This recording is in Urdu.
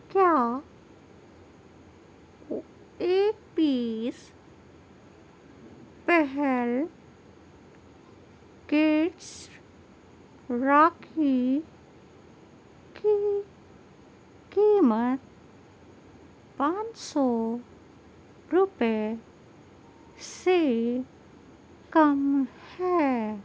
کیا ایک پیس پہل کڈس راکھی کی قیمت پان سو روپے سے کم ہے